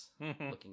looking